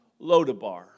Lodabar